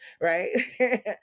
Right